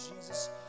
Jesus